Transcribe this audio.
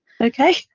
Okay